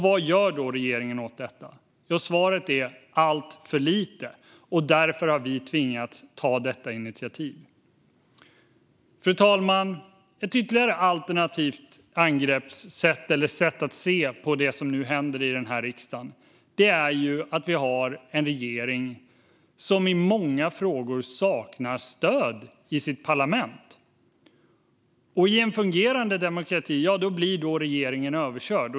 Vad gör då regeringen åt detta? Svaret är: Alltför lite. Därför har vi tvingats att ta detta initiativ. Fru talman! Ett ytterligare alternativt sätt att se på det som nu händer i riksdagen är att vi har en regering som i många frågor saknar stöd i sitt parlament. I en fungerande demokrati blir regeringen då överkörd.